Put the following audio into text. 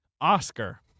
Oscar